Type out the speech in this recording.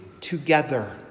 together